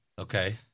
Okay